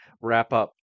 wrap-up